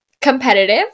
competitive